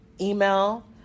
Email